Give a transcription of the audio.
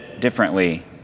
differently